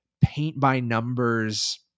paint-by-numbers